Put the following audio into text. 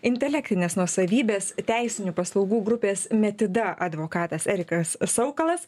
intelektinės nuosavybės teisinių paslaugų grupės metida advokatas erikas saukalas